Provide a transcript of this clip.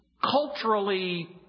culturally